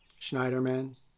Schneiderman